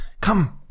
Come